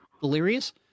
delirious